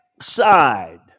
side